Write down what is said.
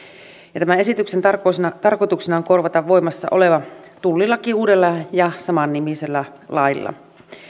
tämän esityksen tarkoituksena on korvata voimassa oleva tullilaki uudella ja samannimisellä lailla